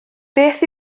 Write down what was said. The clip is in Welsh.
beth